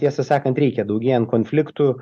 tiesą sakant reikia daugėjant konfliktų